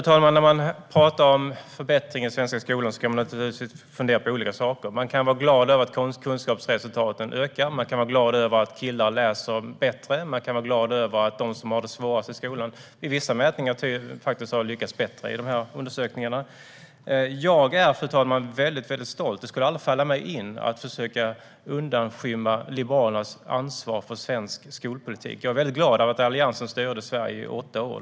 Fru talman! När man talar om förbättringar inom den svenska skolan kan man naturligtvis fundera på olika saker. Man kan vara glad över att kunskapsresultaten ökar, att killar läser bättre och att de som har det svårast i skolan faktiskt har lyckats bättre i vissa mätningar. Jag är, fru talman, väldigt stolt. Det skulle aldrig falla mig in att försöka undanskymma Liberalernas ansvar för svensk skolpolitik. Jag är väldigt glad över att Alliansen styrde Sverige i över åtta år.